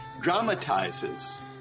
dramatizes